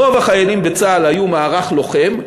רוב החיילים בצה"ל היו מערך לוחם,